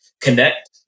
connect